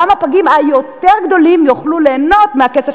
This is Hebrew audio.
גם הפגים היותר גדולים יוכלו ליהנות מהכסף